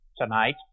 tonight